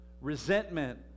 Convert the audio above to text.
resentment